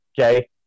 okay